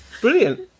Brilliant